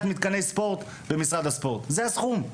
מתקני ספורט במשרד הספורט זה הסכום.